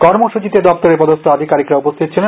কর্মসূচীতে দপ্তরের পদস্থ আধিকারিকরা উপস্থিত ছিলেন